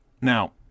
Now